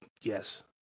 Yes